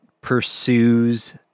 pursues